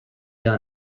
done